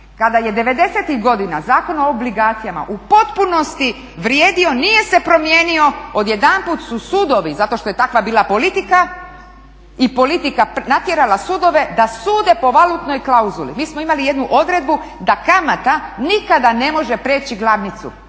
Kada je '90-ih godina Zakon o obligacijama u potpunosti vrijedio nije se promijenio, odjedanput su sudovi zato što je takva bila politika pa natjerala sudove da sude po valutnoj klauzuli. Mi smo imali jednu odredbu da kamata nikada ne može prijeći glavnicu.